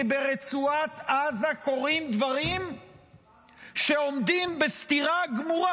כי ברצועת עזה קורים דברים שעומדים בסתירה גמורה